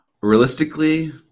Realistically